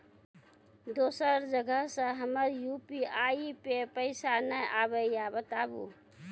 दोसर जगह से हमर यु.पी.आई पे पैसा नैय आबे या बताबू?